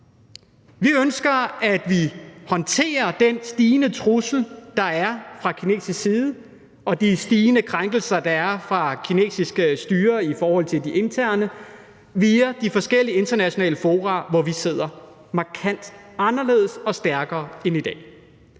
Vi ønsker, at vi håndterer den stigende trussel, der er fra kinesisk side, og det stigende omfang af krænkelser, der er fra det kinesiske styre internt, via de forskellige internationale fora, hvor vi sidder, markant anderledes og stærkere end i dag.